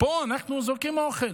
פה אנחנו זורקים אוכל.